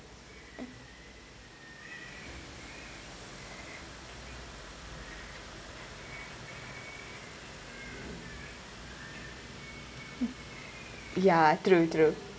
ya true true